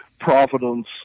providence